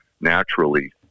naturally